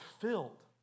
filled